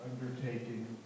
undertaking